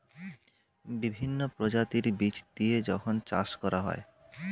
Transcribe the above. বিভিন্ন প্রজাতির বীজ দিয়ে যখন চাষ করা হয়